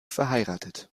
verheiratet